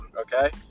okay